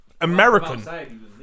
American